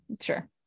sure